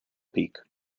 peak